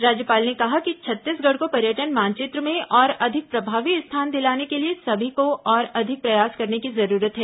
राज्यपाल ने कहा कि छत्तीसगढ़ को पर्यटन मानचित्र में और अधिक प्रभावी स्थान दिलाने के लिए सभी को और अधिक प्रयास करने की जरूरत है